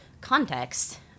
context